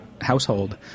household